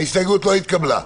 ההסתייגות לא התקבלה.